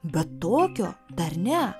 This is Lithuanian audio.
bet tokio dar ne